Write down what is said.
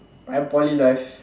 my Poly life